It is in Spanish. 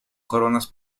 coronas